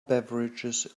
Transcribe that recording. beverages